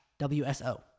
WSO